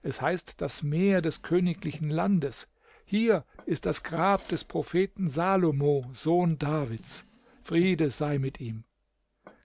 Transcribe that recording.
es heißt das meer des königlichen landes hier ist das grab des propheten salomo sohn davids friede sei mit ihm